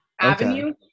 Avenue